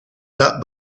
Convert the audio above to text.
not